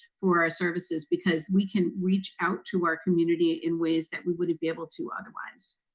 for our services because we can reach out to our community in ways that we wouldn't be able to otherwise?